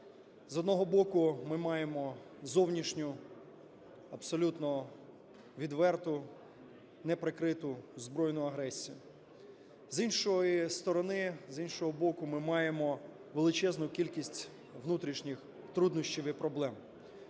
З одного боку ми маємо зовнішню відверту неприкриту збройну агресію. З іншої сторони, з іншого боку ми маємо величезну кількість внутрішніх труднощів і проблем.